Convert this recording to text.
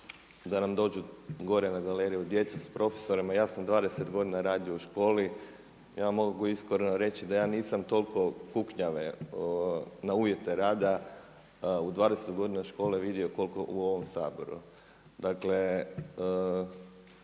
da nam dođu gore na galeriju djeca s profesorima, ja sam 20 godina radio u školi, ja vam mogu iskreno reći da ja nisam toliko kuknjave na uvjete rada u 20 godina škole vidio koliko u ovom Saboru.